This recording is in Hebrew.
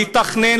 לתכנן,